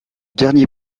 dernier